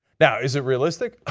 yeah is it realistic?